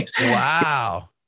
Wow